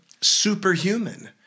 superhuman